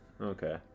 Okay